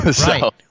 Right